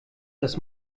das